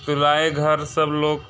तो लाए घर सब लोग